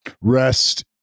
Rest